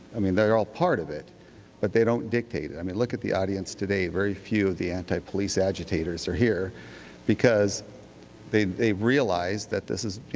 i mean, they are all part of it but they don't dictate it. i mean look at the audience today. very few of the anti-police agitators are here because they they realize that this is,